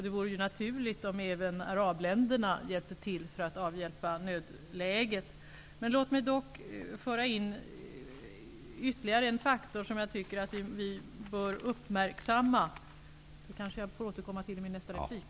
Det vore naturligt om även arabländerna hjälpte till att avhjälpa nödläget. Låt mig föra in ytterligare en faktor som bör uppmärksammas. Jag får kanske återkomma i mitt nästa inlägg.